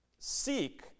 seek